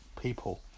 people